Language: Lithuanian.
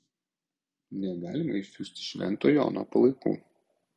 negalima išsiųsti švento jono palaikų